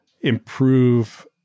improve